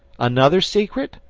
another secret?